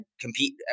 compete